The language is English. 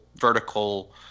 vertical